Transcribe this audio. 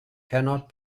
cannot